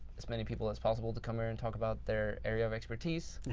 as many people as possible to come here and talk about their area of expertise,